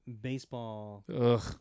baseball